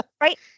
right